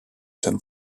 san